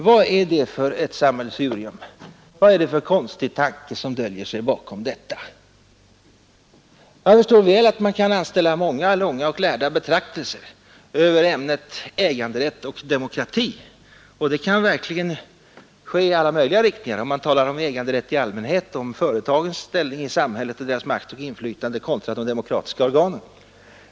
Vad är det för ett sammelsurium? Vad är det för konstig tanke som döljer sig bakom detta? Jag förstår väl att man kan anställa många, långa och lärda betraktelser över ämnet äganderätt och demokrati. Det kan ske i alla möjliga riktningar. Man kan tala om äganderätten i allmänhet och företagens ställning i samhället och deras makt och inflytande kontra de demokratiska organen.